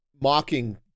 mocking